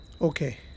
Okay